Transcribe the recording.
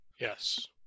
Yes